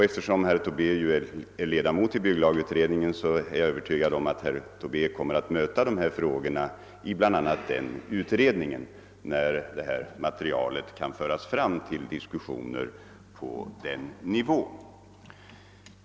Eftersom herr Tobé är ledamot av bygglagutredningen, är jag övertygad om att herr Tobé kommer att möta dessa frågor, bl.a. i den utredningen när materialet kan föras fram till diskussioner på den nivån.